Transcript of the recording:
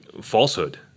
falsehood